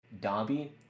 dobby